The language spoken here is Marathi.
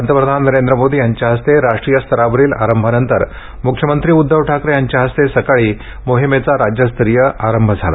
पंतप्रधान नरेंद्र मोदी यांच्या हस्ते राष्ट्रीय स्तरावरील आरंभानंतर मुख्यमंत्री उद्घव ठाकरे यांच्या हस्ते सकाळी मोहिमेचा राज्यस्तरीय श्भारंभ झाला